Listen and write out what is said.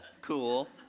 cool